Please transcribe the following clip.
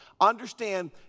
understand